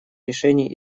решений